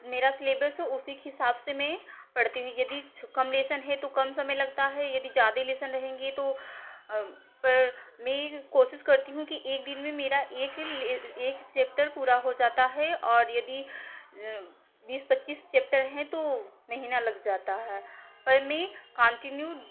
मेरा स्लैबस उसी हिसाब मैं पढ़ती हूँ यदि कम लेसन है तो कम समय लगता है यदि ज़्यादा लेसन रहेंगे तो मैं कोशिश करती हूँ कि एक दिन में मेरा एक ले एक चेप्टर पूरा हो जाता है और यदि बीस पच्चीस चेप्टर हैं तो महीना लग जाता है पर मैं कॉन्टीन्यु